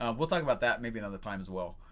um we'll talk about that maybe another time as well.